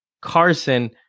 Carson